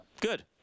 Good